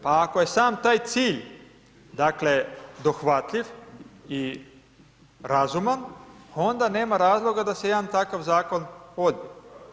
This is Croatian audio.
Pa ako je sam taj cilj dakle dohvatljiv i razuman pa onda nema razloga da se jedan takav zakon odbije.